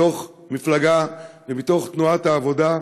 מתוך מפלגה ומתוך תנועת העבודה,